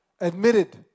admitted